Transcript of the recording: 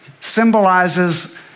symbolizes